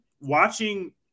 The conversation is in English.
Watching